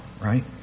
right